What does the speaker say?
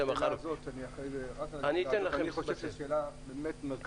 אני חושב שהשאלה הזאת היא שאלה מרכזית.